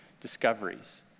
discoveries